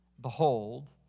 behold